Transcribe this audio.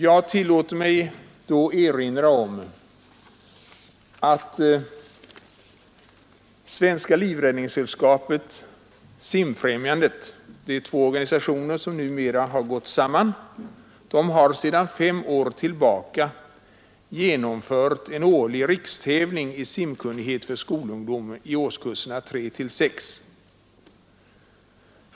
Jag tillåter mig då erinra om att Svenska livräddningssällskapet — Simfrämjandet, de två organisationerna har numera gått samman, sedan fem år genomför en årlig rikstävling i simkunnighet för skolungdom i årskurserna 3—6.